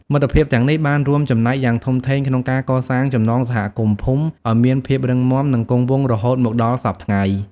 មិត្តភាពទាំងនេះបានរួមចំណែកយ៉ាងធំធេងក្នុងការកសាងចំណងសហគមន៍ភូមិឲ្យមានភាពរឹងមាំនិងគង់វង្សរហូតមកដល់សព្វថ្ងៃ។